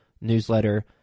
newsletter